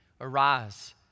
arise